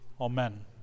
Amen